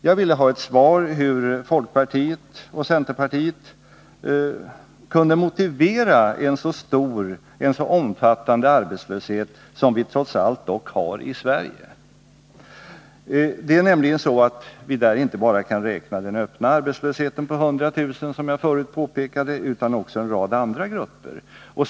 Jag ville ha ett svar på frågan hur folkpartiet och centerpartiet kunde motivera en så stor och omfattande arbetslöshet som vi trots allt har i Sverige. Det är nämligen så att vi inte bara måste räkna med den öppna arbetslösheten på 100 000 personer, som jag förut påpekade, utan vi har också en rad andra grupper.